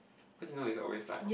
cause you know it's always like